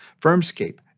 Firmscape